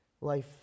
Life